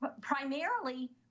Primarily